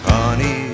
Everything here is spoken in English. Honey